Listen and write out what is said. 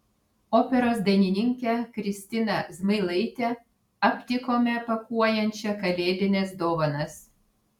operos dainininkę kristiną zmailaitę aptikome pakuojančią kalėdines dovanas